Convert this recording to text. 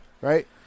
right